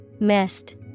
Mist